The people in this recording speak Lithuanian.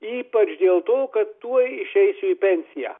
ypač dėl to kad tuoj išeisiu į pensiją